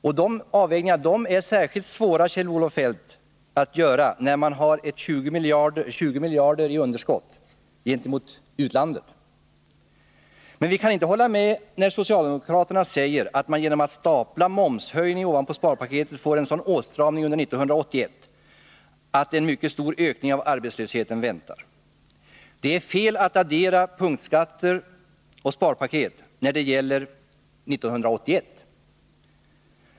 Och sådana avvägningar är särskilt svåra, Kjell-Olof Feldt, att göra när man har ett underskott gentemot utlandet på 20 miljarder. Men vi kan inte hålla med socialdemokraterna när de genom att stapla momshöjningen ovanpå sparpaketet kommer fram till att det blir en sådan åtstramning under 1981 att en mycket stor ökning av arbetslösheten väntar. Det är fel att addera punktskatter och sparpaket när det gäller 1981.